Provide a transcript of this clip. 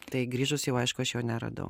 tai grįžus jau aišku aš jo neradau